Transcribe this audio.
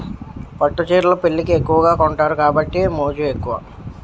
పట్టు చీరలు పెళ్లికి ఎక్కువగా కొంతారు కాబట్టి మోజు ఎక్కువ